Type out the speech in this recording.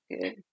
good